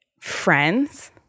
friends